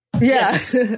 Yes